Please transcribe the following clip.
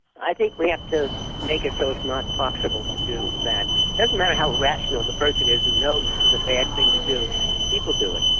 i think we have to make it so it's not possible to do that. it doesn't matter how rational the person is who knows this is a bad thing to do people do it.